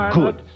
good